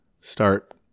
start